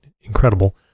incredible